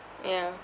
yeah